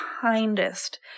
kindest